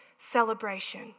celebration